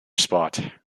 spot